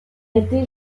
été